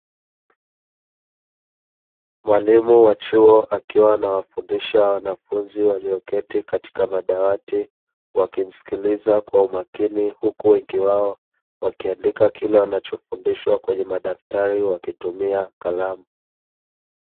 Mwalimu wa chuo akiwa na wafundisha wanafunzi walioketi katika madawati wakimsikiliza kwa umakini, huku wengi wao wakiandika kile wanachofundishwa kwenye madaktari wakitumia kalamu.